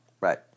Right